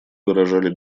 выражали